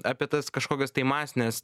apie tas kažkokias tai masines